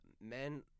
men